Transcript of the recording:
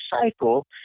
cycle